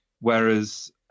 Whereas